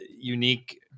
unique